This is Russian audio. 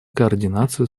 координацию